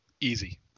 easy